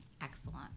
Excellent